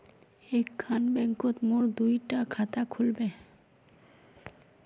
एक खान बैंकोत मोर दुई डा खाता खुल बे?